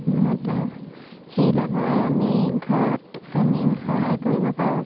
লাভ সেই লাভেৰে আমি ঘৰত আমি সহায় কৰিব পাৰোঁ